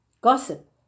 gossip